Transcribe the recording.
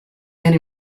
and